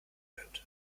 könnte